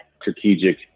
strategic